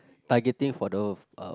targeting for the uh